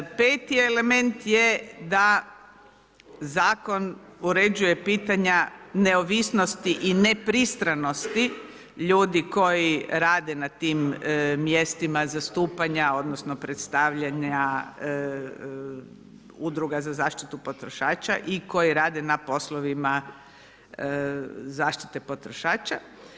Peti element je da Zakon uređuje pitanja neovisnosti i nepristranosti ljudi koji rade na tim mjestima zastupanja odnosno predstavljanja udruga za zaštitu potrošača i koji rade na poslovima zaštite potrošača.